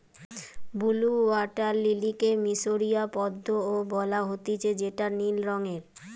blue water লিলিকে মিশরীয় পদ্ম ও বলা হতিছে যেটা নীল রঙের